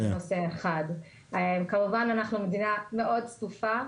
אנחנו מדינה מאוד צפופה,